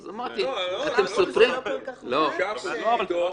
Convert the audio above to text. אז אמרתי: אתם סותרים --- 3% מתוך?